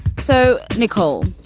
so, nicole.